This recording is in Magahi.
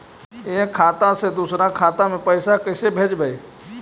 एक खाता से दुसर के खाता में पैसा कैसे भेजबइ?